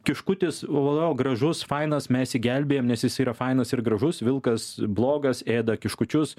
kiškutis vau gražus fainas mes jį gelbėjam nes jis yra fainas ir gražus vilkas blogas ėda kiškučius